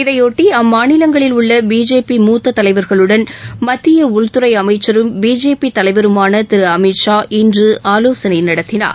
இதையொட்டி அம்மாநிலங்களில் உள்ள பிஜேபி மூத்த தலைவா்களுடன் மத்திய உள்துறை அமைச்சரும் பிஜேபி தலைவருமான திரு அமித்ஷா இன்று ஆலோசனை நடத்தினார்